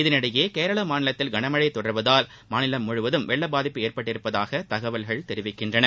இதனிடையே கேரள மாநிலத்தில் கனமழை தொடர்வதால் மாநிலம் முழுவதும் வெள்ள பாதிப்பு ஏற்பட்டிருப்பதாக தகவல்கள் தெரிவிக்கின்றன